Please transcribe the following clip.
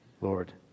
Lord